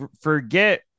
forget